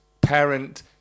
parent